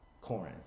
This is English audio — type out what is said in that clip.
Corinth